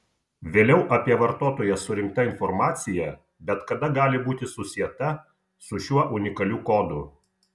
vėliau apie vartotoją surinkta informacija bet kada gali būti susieta su šiuo unikaliu kodu